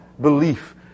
belief